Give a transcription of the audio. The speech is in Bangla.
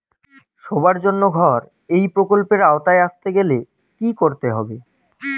সবার জন্য ঘর এই প্রকল্পের আওতায় আসতে গেলে কি করতে হবে?